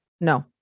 No